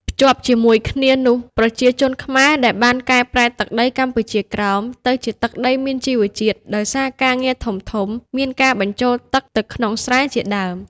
ភ្ជាប់ជាមួយគ្នានោះ ប្រជាជនខ្មែរដែលបានកែប្រែទឹកដី កម្ពុជាក្រោម ទៅជាទឹកដីមានជីរជាតិ ដោយសារការងារធំៗមានការបញ្ចូលទឹកទៅក្នុងស្រែជាដើម។